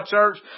Church